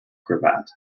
cravat